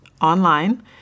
online